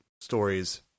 stories